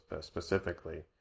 specifically